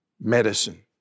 medicine